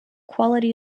quality